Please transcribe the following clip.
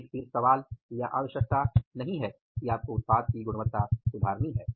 एक सिर्फ सवाल या आवश्यकता नहीं है कि आपको उत्पाद की गुणवत्ता सुधारना है